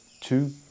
two